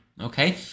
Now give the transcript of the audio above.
Okay